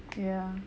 ya